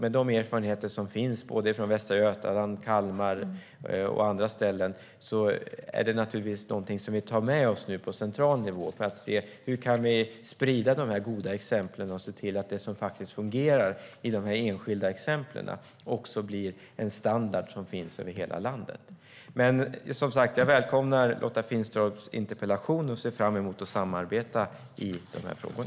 De erfarenheter som finns från Västra Götaland, Kalmar och andra ställen tar vi nu med oss på central nivå för att se hur man sprida goda exempel och se till att det som fungerar i de enskilda exemplen blir en standard över hela landet. Jag välkomnar Lotta Finstorps interpellation och ser fram emot att samarbeta i dessa frågor.